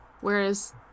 whereas